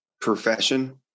profession